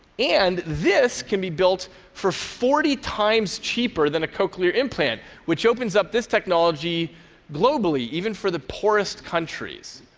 and this can be built for forty times cheaper than a cochlear implant, which opens up this technology globally, even for the poorest countries.